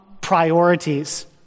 priorities